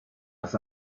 als